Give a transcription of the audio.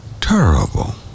terrible